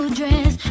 dress